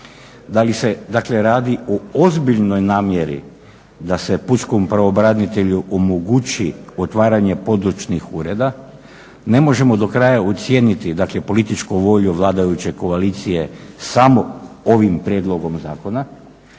dakle radi o ozbiljnoj namjeri da se pučkom pravobranitelju omogući otvaranje područnih ureda ne možemo do kraja ocijeniti dakle političku volju vladajuće koalicije samo ovim prijedlogom zakona